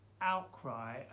outcry